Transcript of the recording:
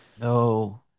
No